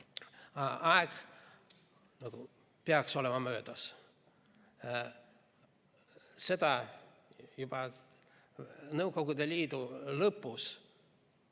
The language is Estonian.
aeg peaks olema möödas. Juba Nõukogude Liidu lõpus